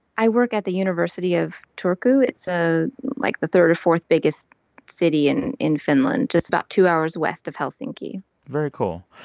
i work at the university of turku. it's, ah like, the third or fourth biggest city in in finland, just about two hours west of helsinki very cool.